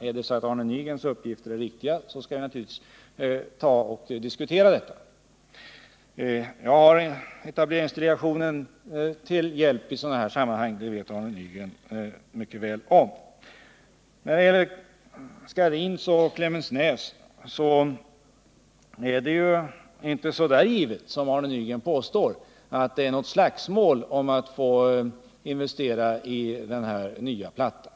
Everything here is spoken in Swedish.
I sådana här sammanhang har jag etableringsdelegationen till min hjälp, vilket Arne Nygren mycket väl vet om. Vad beträffar Scharins och Klemensnäs vill jag säga att det inte som Arne Nygren påstår pågår ett slagsmål om att få investera i den nya plattan.